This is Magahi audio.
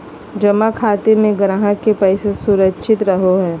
जमा खाते में ग्राहक के पैसा सुरक्षित रहो हइ